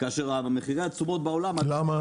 כאשר מחירי התשומות בעולם -- למה?